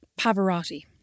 Pavarotti